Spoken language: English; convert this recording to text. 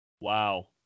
Wow